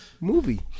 movie